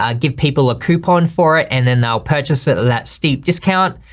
ah give people a coupon for it, and then they'll purchase it at that steep discount.